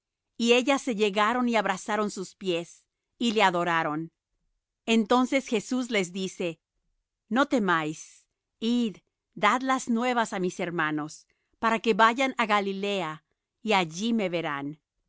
y ellas se llegaron y abrazaron sus pies y le adoraron entonces jesús les dice no temáis id dad las nuevas á mis hermanos para que vayan á galilea y allí me verán